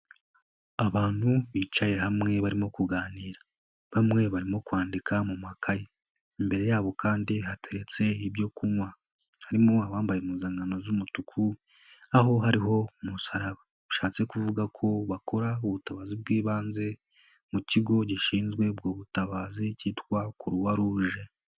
Abantu bicaye hamwe barimo kuganira, bamwe barimo kwandika mu makaye, imbere yabo kandi hateretse ibyo kunywa, harimo abambaye impuzankano z'umutuku aho hariho umusaraba bishatse kuvuga ko bakora ubutabazi bw'ibanze mu kigo gishinzwe ubwo butabazi cyitwa Croix Rouge.